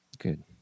Good